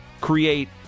create